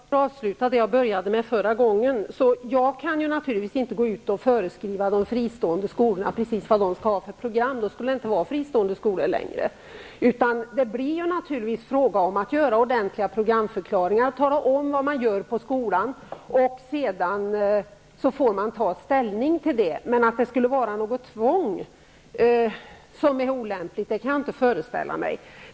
Herr talman! Jag skall avsluta med det jag började med i min förra replik. Jag kan naturligtvis inte gå ut och föreskriva vad de fristående skolorna skall ha för program, för då skulle de inte längre vara några fristående skolor. Det blir naturligtvis fråga om att göra ordentliga programförklaringar och tala om vad man gör i skolan. Sedan får man ta ställning till det. Men att det skulle vara något tvång -- som ju är olämpligt -- kan jag inte föreställa mig.